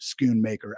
Schoonmaker